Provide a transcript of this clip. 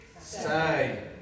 say